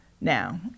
now